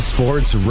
Sports